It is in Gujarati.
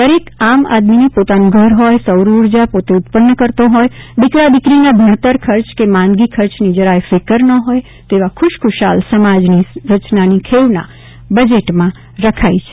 દરેક આમ આદમીને પોતાનું ઘર હોય સૌર ઉજા પોતે ઉત્પન્ન કરતો હોય દિકરા દિકરીનાં ભમતર ખર્ચ કે માંદગી ખર્ચની જરાય ફિકર ન હોય તેવા ખુશખુશાલ સમાજની રચનાની ખેવના બજેટમાં રખાઇ છે